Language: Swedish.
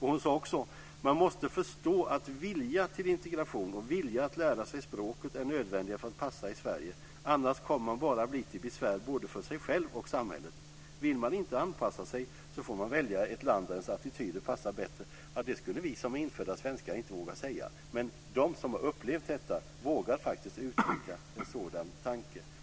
Hon sade också: Man måste förstå att vilja till integration och vilja att lära sig språket är nödvändigt för att man ska passa i Sverige, annars kommer man bara att bli till besvär både för sig själv och samhället. Vill man inte anpassa sig får man välja ett land där ens attityder passar bättre. Det skulle vi som infödda svenskar inte våga säga, men de som har upplevt detta vågar uttrycka en sådan tanke.